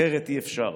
אחרת אי-אפשר.